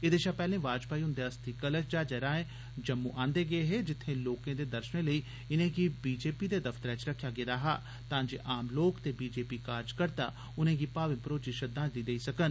एह्दे शा पैह्ले वाजपेयी हुंदे अस्थि कलश जहाजैरएं जम्मू आंदे गे हे जित्थेंलोकेंदे दर्शने लेई इनेंगी भाजपा दे दफ्तरै चरखेआ गेआ हा तां जे आम लोकें ते भाजपा कार्जकर्ता उनेंगी मवे भरोची श्रद्धांजलि देई सकन